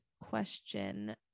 question